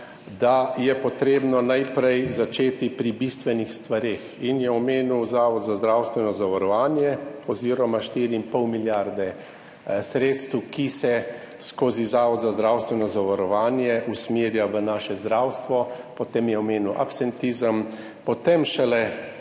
da je potrebno najprej začeti pri bistvenih stvareh in je omenil Zavod za zdravstveno zavarovanje oziroma štiri in pol milijarde sredstev, ki se skozi Zavod za zdravstveno zavarovanje usmerja v naše zdravstvo, potem je omenil absentizem, potem šele